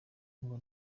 ngo